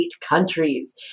countries